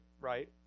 right